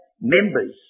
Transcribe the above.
members